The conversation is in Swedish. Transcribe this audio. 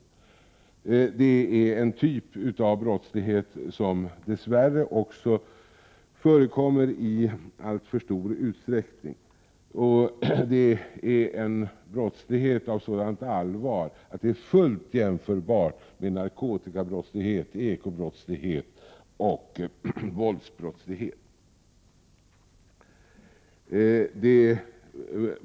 Det är en typ av brottslighet som dess värre förekommer i alltför stor utsträckning. Det är en brottslighet av sådant allvar, att den är fullt jämförbar med narkotikabrottslighet, ekobrottslighet och våldsbrottslighet.